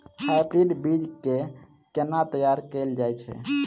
Hybrid बीज केँ केना तैयार कैल जाय छै?